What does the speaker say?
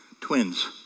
twins